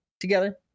together